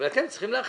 ואתם צריכים להחליט.